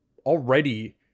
already